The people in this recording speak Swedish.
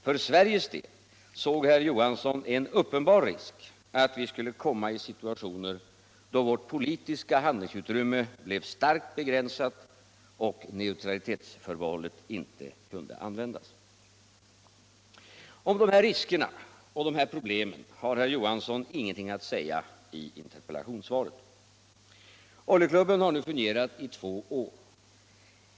För Sveriges del såg herr Johansson en ”uppenbar risk” att vi skulle komma i situationer då vårt politiska handlingsutrymme blev starkt begränsat och neutralitetsförhållandet inte kunde användas. Om dessa risker och dessa problem har herr Johansson ingenting att säga i interpellationssvaret. Oljeklubben har nu fungerat i två år.